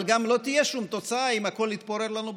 אבל גם לא תהיה שום תוצאה אם הכול יתפורר לנו בכנסת.